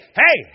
hey